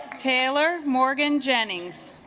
taylor morgan jenny's